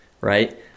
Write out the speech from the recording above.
right